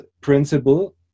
principle